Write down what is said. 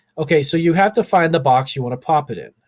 okay, so you have to find the box you want to pop it in.